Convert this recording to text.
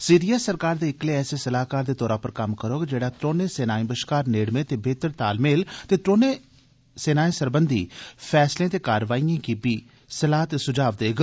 CDS सरकार दे इक्कले ऐसे सलाहकार दे तौरा पर कम्म करोग जेड़ा त्रौनें सेनाएं बश्कार नेड़में ते बेहतर तालमेल ते त्रौनें सरबंघी फैसलें ते कारवाईएं बारै बी सलाह् ते सुझाव देग